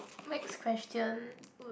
next question